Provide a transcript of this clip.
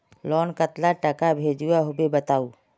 Loan कतला टाका भेजुआ होबे बताउ?